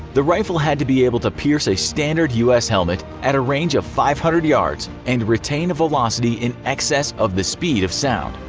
the rifle had to be able to pierce a standard us helmet at a range of five hundred yards and retain a velocity in excess of the speed of sound.